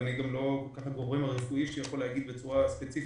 ואני גם לא הגורם הרפואי שיכול להגיד בצורה ספציפית